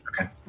Okay